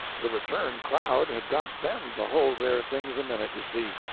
the return crowd had got them to hold their things a minute, you see.